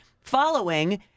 following